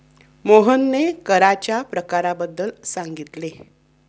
मोहनने कराच्या प्रकारांबद्दल सांगितले